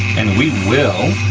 and we will,